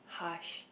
harsh